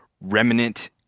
remnant